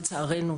לצערנו,